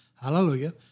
Hallelujah